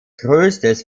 größtes